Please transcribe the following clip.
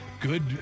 good